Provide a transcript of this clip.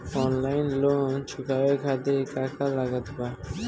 Online loan चुकावे खातिर का का लागत बा?